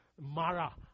Mara